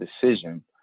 decision